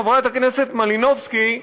חברת הכנסת מלינובסקי,